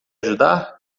ajudar